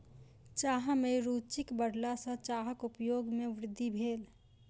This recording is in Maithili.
चाह में रूचिक बढ़ला सॅ चाहक उपयोग में वृद्धि भेल